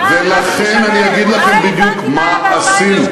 ולכן אני אגיד לכם בדיוק מה עשינו.